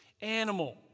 animal